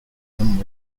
than